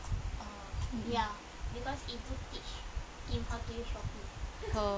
oh